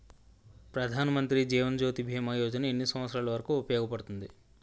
ప్రధాన్ మంత్రి జీవన్ జ్యోతి భీమా యోజన ఎన్ని సంవత్సారాలు వరకు ఉపయోగపడుతుంది?